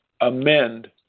amend